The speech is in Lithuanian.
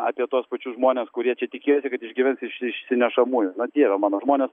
apie tuos pačius žmones kurie čia tikiesi kad išgyvens iš išsinešamųjų na dieve mano žmonės